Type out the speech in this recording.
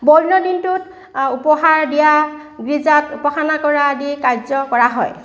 বৰদিনৰ দিনটোত উপহাৰ দিয়া গীৰ্জাত উপাসনা কৰা আদি কাৰ্য কৰা হয়